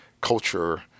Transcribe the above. culture